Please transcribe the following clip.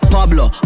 Pablo